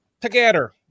together